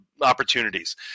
opportunities